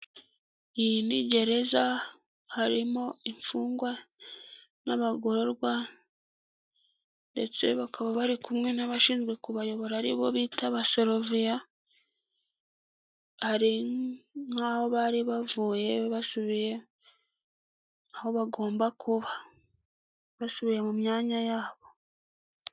Iyi ni gereza harimo imfungwa n'abagororwa ndetse bakaba bari kumwe n'abashinzwe kubayobora aribo bita abasoroviya, hari nk'aho bari bavuye basubiye aho bagomba kuba basubiye mu myanya yabo.